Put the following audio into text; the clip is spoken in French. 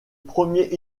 premiers